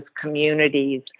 communities